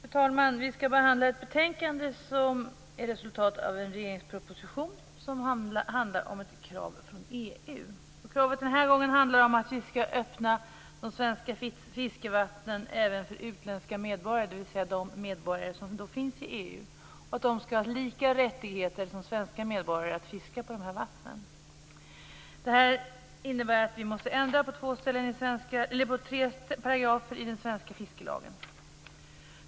Fru talman! Vi skall nu behandla ett betänkande som är resultatet av en regeringsproposition som handlar om ett krav från EU. Kravet denna gång handlar om att vi skall öppna de svenska fiskevattnen även för utländska medborgare, dvs. de medborgare som finns i EU, och att de skall ha lika rättigheter som svenska medborgare att fiska i de här vattnen. Det innebär att vi måste ändra tre paragrafer i den svenska fiskelagen.